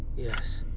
yes,